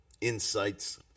insights